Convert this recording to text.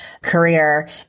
career